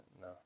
No